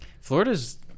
florida's